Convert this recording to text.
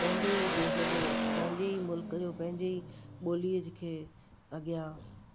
पंहिंजे ई देश जो पंहिंजे ई मुल्क जो पंहिंजे ई ॿोलीअ जंहिंखें अॻियां